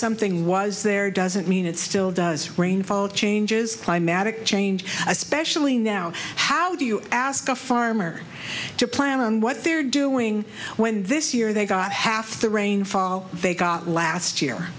something was there doesn't mean it still does rainfall changes climatic change especially now how do you ask a farmer to plan on what they're doing when this year they got half the rainfall they got last year